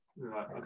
Right